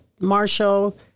Marshall